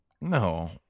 No